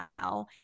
now